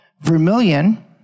Vermilion